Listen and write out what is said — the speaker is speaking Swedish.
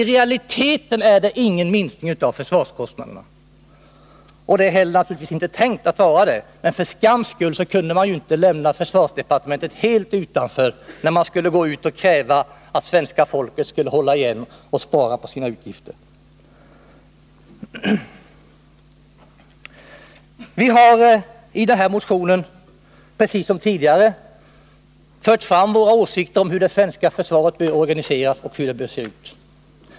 I realiteten är det inte fråga om någon minskning av försvarskostnaderna, och det är naturligtvis inte heller tänkt att det skall vara det. Men för skams skull kunde man inte lämna försvarsdepartementet helt utanför när man gick ut och krävde att svenska folket skulle hålla igen och minska sina utgifter. Vi har i vår motion, precis som tidigare, fört fram våra åsikter om hur det svenska försvaret bör se ut.